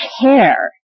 care